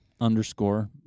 underscore